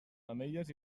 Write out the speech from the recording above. mamelles